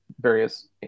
various